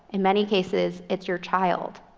in many cases, it's your child.